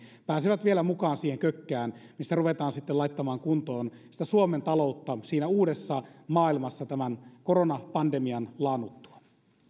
pääsevät vielä mukaan siihen kökkään missä ruvetaan sitten laittamaan kuntoon suomen taloutta siinä uudessa maailmassa tämän koronapandemian laannuttua